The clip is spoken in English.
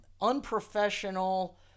unprofessional